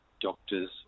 doctors